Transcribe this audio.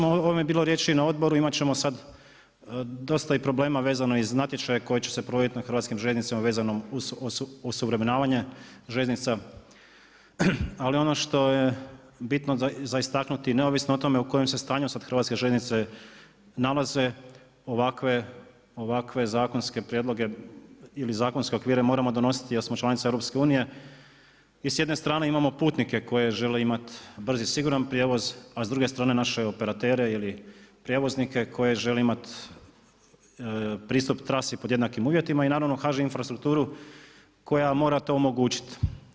O ovome je bilo riječi i na odboru, imat ćemo sad dosta i problema vezano i za natječaj koji će se provoditi na hrvatskih željeznicama vezanom uz osuvremenjavanje željeznica ali ono što je bitno za istaknuti, neovisno o tome u kojem se stanju sad hrvatske željeznice nalaze, ovakve zakonske prijedloge ili zakonske okvire moramo donositi jer smo članica EU-a, i sjedne strane imamo putnike koji žele imat brz i siguran prijevoz, a s druge naše operatere ili prijevoznike koji žele imat pristup trasi pod jednakim uvjetima i naravno HŽ infrastrukturu koja mora to omogućiti.